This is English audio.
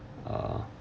err